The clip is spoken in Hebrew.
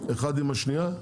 אחת עם השנייה?